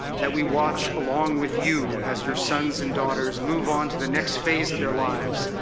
that we watch along with you as your sons and daughters move on to the next phase of their lives,